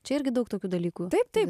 čia irgi daug tokių dalykų taip taip